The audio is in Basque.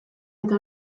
eta